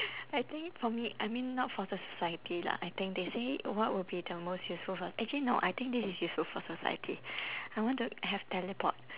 I think for me I mean not for the society lah I think they say what would be the most useful for actually no I think this is useful for society I want to have teleport